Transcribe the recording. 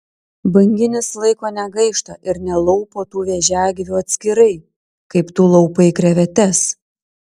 banginis laiko negaišta ir nelaupo tų vėžiagyvių atskirai kaip tu laupai krevetes